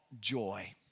joy